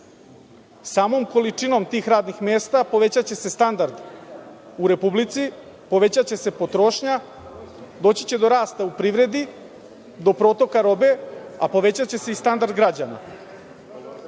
Samom količinom tih radnih mesta, poveća će se standard u Republici, poveća će se potrošnja, doći će do rasta u privredi, do protoka robe, a poveća će se i standard građana.